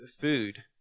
food